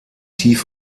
tief